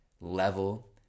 level